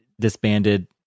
disbanded